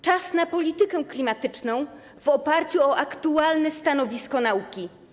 Czas na politykę klimatyczną w oparciu o aktualne stanowisko nauki.